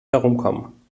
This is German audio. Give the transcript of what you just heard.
herumkommen